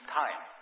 time